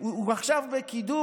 הוא עכשיו בקידום.